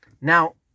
now